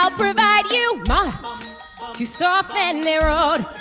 ah provide you moss to soften the road,